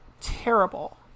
terrible